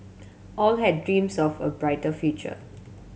all had dreams of a brighter future